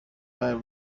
bar